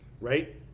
right